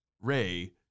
Ray